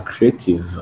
creative